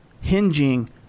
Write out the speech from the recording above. hinging